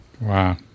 Wow